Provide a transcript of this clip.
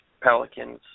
Pelicans